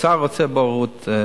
האוצר רוצה בוררות,